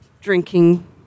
drinking